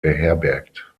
beherbergt